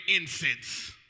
incense